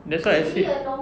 that's why I say